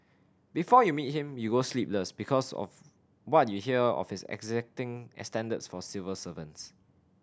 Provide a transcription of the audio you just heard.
before you meet him you go sleepless because of what you hear of his exacting standards for civil servants